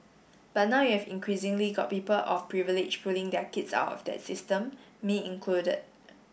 but now you've increasingly got people of privilege pulling their kids out of that system me included